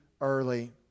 early